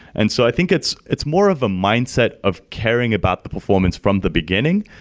and so i think it's it's more of a mindset of caring about the performance from the beginning,